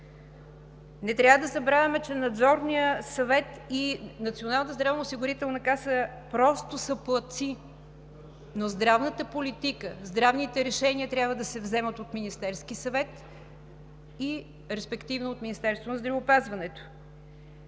Не трябва да забравяме, че Надзорният съвет и Националната здравноосигурителна каса просто са платци, но здравната политика, здравните решения трябва да се вземат от Министерския съвет, респективно от Министерството на здравеопазването.